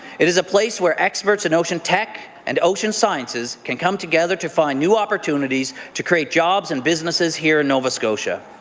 it is a place where experts in ifologist tech and ocean sciences can come together to find new opportunities to create jobs and businesses here in nova scotia.